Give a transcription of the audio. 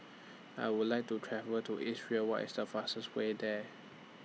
I Would like to travel to Israel What IS The fastest Way There